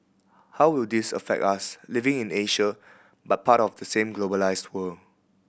how will this affect us living in Asia but part of the same globalised world